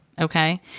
okay